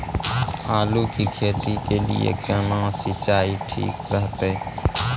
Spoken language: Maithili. आलू की खेती के लिये केना सी सिंचाई ठीक रहतै?